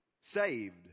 saved